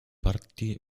parti